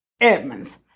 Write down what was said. Edmonds